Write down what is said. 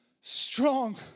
strong